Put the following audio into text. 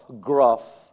gruff